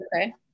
Okay